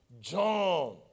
John